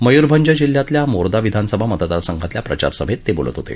मयुरभंज जिल्ह्यातल्या मोरदा विधानसभा मतदारसंघातल्या प्रचारसभेत ते बोलत होते